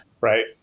Right